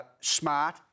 smart